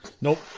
Nope